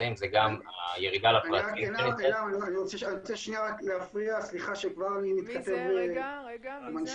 נמצאים זה גם הירידה לפרטים --- אנחנו נפעל לקבוע פגישה עם מינהל הרכש